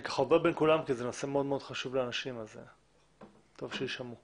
אני עובר בין כולם כי זה מאוד חשוב לאנשים וטוב שיישמעו.